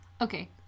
Okay